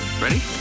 Ready